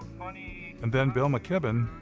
funny and then bill mckibben,